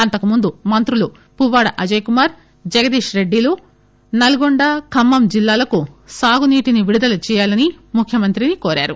అంతకుముందు మంత్రులు పువ్వాడ అజయ్కుమార్ జగదీష్ రెడ్డిలు నల్గొండ ఖమ్మం జిల్లాలకు సాగునీటిని విడుదల చేయాలని ముఖ్యమంత్రిని కోరారు